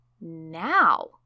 now